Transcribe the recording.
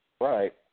Right